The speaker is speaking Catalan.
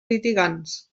litigants